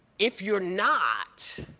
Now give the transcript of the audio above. if you're not,